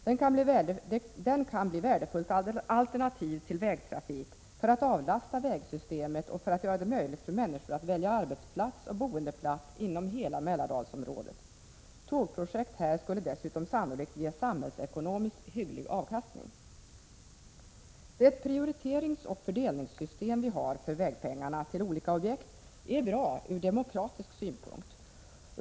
Den kan bli ett värdefullt alternativ till vägtrafik, för att avlasta vägsystemet och för att göra det möjligt för människor att välja arbetsplats och boendeplats inom hela Mälardalsområdet. Tågprojekt här skulle dess — Prot. 1986/87:122 utom sannolikt ge samhällsekonomiskt hygglig avkastning. 13 maj 1987 Det prioriteringsoch fördelningssystem som vi har när det gäller att fördela vägpengarna till olika objekt är bra ur demokratisk synvinkel.